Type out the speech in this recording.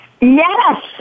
Yes